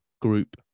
group